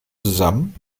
zusammen